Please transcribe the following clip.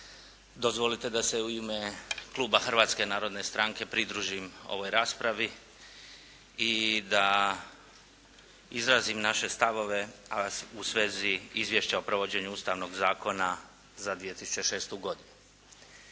Dozvolite da se u ime kluba Hrvatske narodne stranke pridružim ovoj raspravi i da izrazim naše stavove a u svezi Izvješća o provođenju Ustavnog zakona za 2006. godinu.